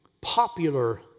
popular